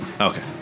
Okay